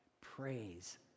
praise